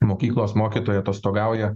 mokyklos mokytojai atostogauja